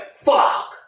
fuck